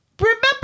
Remember